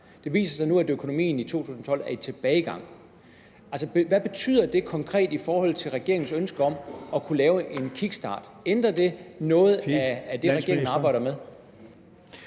Det viser sig nu, at økonomien i 2012 er i tilbagegang. Hvad betyder det konkret i forhold til regeringens ønsker om at kunne lave en kickstart? Ændrer det noget i de ting, regeringen arbejder med?